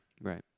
Right